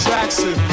Jackson